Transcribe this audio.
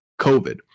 COVID